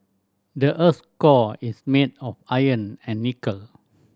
the earth's core is made of iron and nickel